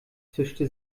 zischte